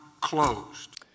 closed